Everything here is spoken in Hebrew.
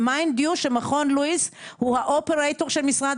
ו-mind you שמכון לואיס הוא האופרטור של משרד